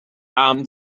armed